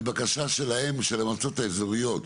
רגע שאלה לגבי הבקשה שלהם, של המועצות האזוריות.